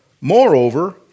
Moreover